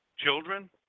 children